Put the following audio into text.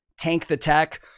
tankthetech